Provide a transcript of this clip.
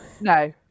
No